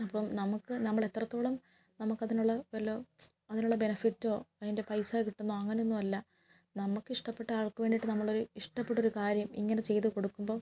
അപ്പം നമുക്ക് നമ്മളെത്രത്തോളം നമുക്കതിനുള്ള വല്ല സ് അതിനുള്ള ബെനഫിറ്റോ അതിന്റെ പൈസ കിട്ടുമെന്നോ അങ്ങനെയൊന്നുമില്ല നമുക്കിഷ്ടപ്പെട്ട ആൾക്ക് വേണ്ടിയിട്ട് നമ്മളൊരു ഇഷ്ടപ്പെട്ടൊരു കാര്യം ഇങ്ങനെ ചെയ്ത് കൊടുക്കുമ്പോൾ